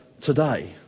today